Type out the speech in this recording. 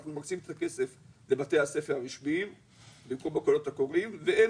אנחנו מקצים את הכסף לבתי הספר הרשמיים במקום בקולות הקוראים והם